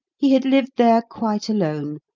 he had lived there quite alone,